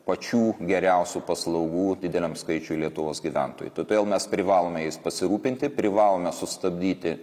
pačių geriausių paslaugų dideliam skaičiui lietuvos gyventojų todėl mes privalome jais pasirūpinti privalome sustabdyti